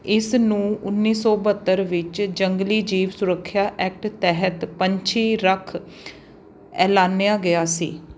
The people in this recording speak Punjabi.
ਇਸ ਨੂੰ ਉੱਨੀ ਸੌ ਬਹੱਤਰ ਵਿੱਚ ਜੰਗਲੀ ਜੀਵ ਸੁਰੱਖਿਆ ਐਕਟ ਤਹਿਤ ਪੰਛੀ ਰੱਖ ਐਲਾਨਿਆ ਗਿਆ ਸੀ